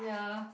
ya